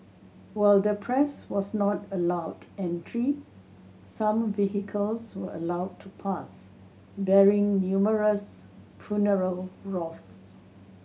while the press was not allowed entry some vehicles were allowed to pass bearing numerous funeral wreaths